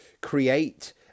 create